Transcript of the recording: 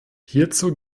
hierzu